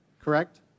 correct